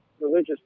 religious